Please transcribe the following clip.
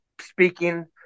speaking